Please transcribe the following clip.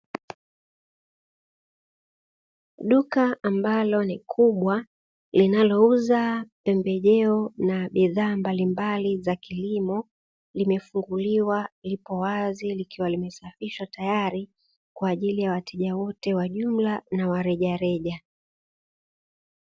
Duka ambalo ni kubwa linalouza pembejeo na bidhaa mbalimbali za kilimo, limefunguliwa lipo wazi likiwa limesafishwa tayari kwa ajili ya wateja wote wa jumla na wa rejareja.